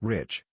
Rich